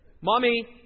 mommy